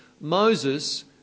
Moses